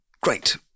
great